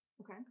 Okay